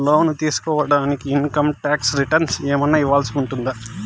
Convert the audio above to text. లోను తీసుకోడానికి income tax returns ఏమన్నా ఇవ్వాల్సి ఉంటుందా